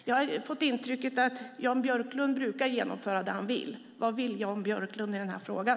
Jag har fått intrycket att Jan Björklund brukar genomföra det han vill. Vad vill Jan Björklund i den här frågan?